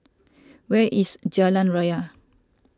where is Jalan Raya